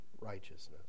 righteousness